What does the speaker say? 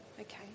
Okay